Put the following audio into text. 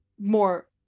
more